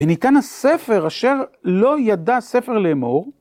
וניתן הספר אשר לא ידע ספר לאמור.